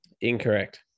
Incorrect